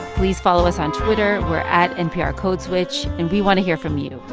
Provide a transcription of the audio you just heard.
please follow us on twitter. we're at nprcodeswitch. and we want to hear from you.